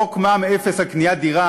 חוק מע"מ אפס על קניית דירה,